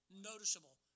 noticeable